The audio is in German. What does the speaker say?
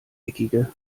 eckige